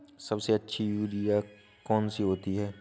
सबसे अच्छी यूरिया कौन सी होती है?